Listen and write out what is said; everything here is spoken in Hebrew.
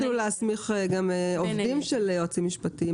לא יתחילו להסמיך גם עובדים של יועץ משפטי.